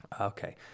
okay